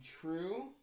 true